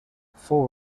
fou